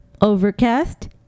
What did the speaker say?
overcast